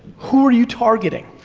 who are you targeting?